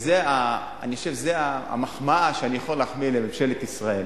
ואני חושב שזאת המחמאה שאני יכול להחמיא לממשלת ישראל,